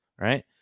right